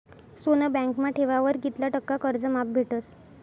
सोनं बँकमा ठेवावर कित्ला टक्का कर्ज माफ भेटस?